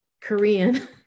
Korean